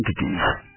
entities